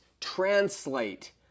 translate